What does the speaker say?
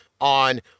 on